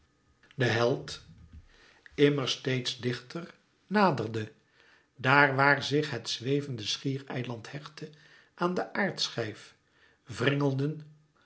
de held immer steeds dichter naderde daar waar zich het zwevende schiereiland hechtte aan den aardschijf wringelden